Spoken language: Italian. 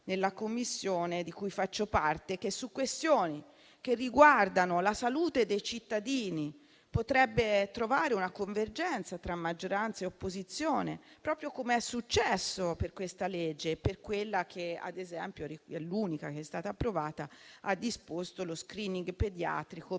nella Commissione di cui faccio parte, la quale su questioni che riguardano la salute dei cittadini potrebbe trovare una convergenza tra maggioranza e opposizione, proprio come è successo per questo disegno di legge e per quello - l'unico che sia stato approvato - che ha disposto lo *screening* pediatrico